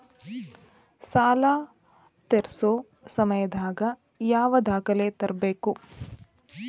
ಸಾಲಾ ತೇರ್ಸೋ ಸಮಯದಾಗ ಯಾವ ದಾಖಲೆ ತರ್ಬೇಕು?